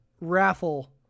raffle